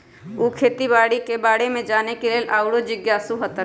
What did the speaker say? उ खेती बाड़ी के बारे में जाने के लेल आउरो जिज्ञासु हतन